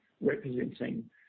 representing